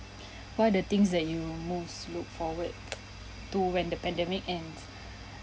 what are the things that you most look forward to when the pandemic ends